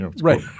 Right